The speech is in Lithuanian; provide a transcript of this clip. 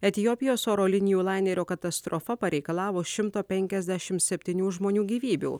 etiopijos oro linijų lainerio katastrofa pareikalavo šimto penkiasdešimseptynių žmonių gyvybių